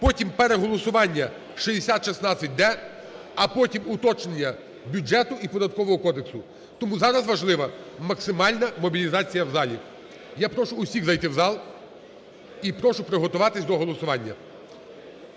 Потім переголосування 6016-д. А потім уточнення бюджету і Податкового кодексу. Тому зараз важлива максимальна мобілізація в залі. Я прошу всіх зайти в зал і прошу приготуватись до голосування.